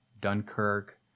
Dunkirk